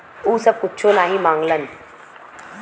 उ सब कुच्छो नाही माँगलन